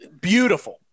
Beautiful